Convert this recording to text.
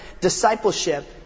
discipleship